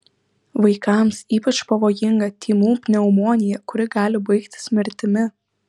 vaikams ypač pavojinga tymų pneumonija kuri gali baigtis mirtimi